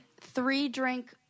three-drink